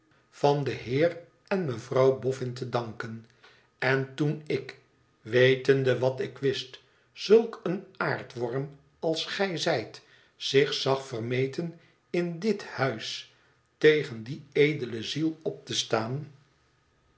van den heer en mevrouw boffln te danken n toen ik wetende wat ik wist zulk een aardworm als gij zijt zich zag vermeten in dit huis tegen die edele ziel op te staan